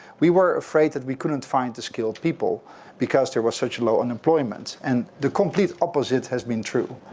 we were afraid that we couldn't find the skilled people because there was such low unemployment and the complete opposite has been true.